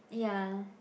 ya